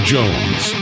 Jones